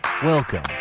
Welcome